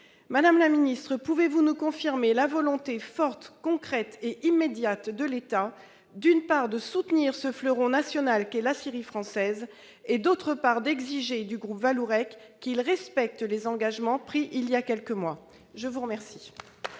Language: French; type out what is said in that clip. Madame la secrétaire d'État, pouvez-vous nous confirmer la volonté forte, concrète et immédiate de l'État, d'une part, de soutenir ce fleuron national qu'est l'aciérie française, d'autre part, d'exiger du groupe Vallourec qu'il respecte les engagements pris voilà quelques mois ? La parole